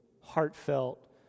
heartfelt